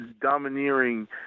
domineering